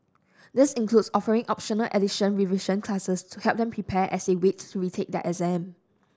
this includes offering optional additional revision classes to help them prepare as they wait to retake their exam